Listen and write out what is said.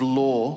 law